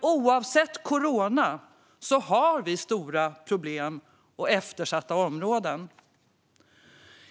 Oavsett corona har vi stora problem och eftersatta områden.